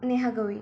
Neha Gavai